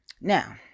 now